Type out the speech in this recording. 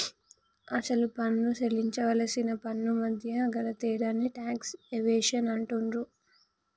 అసలు పన్ను సేల్లించవలసిన పన్నుమధ్య గల తేడాని టాక్స్ ఎవేషన్ అంటుండ్రు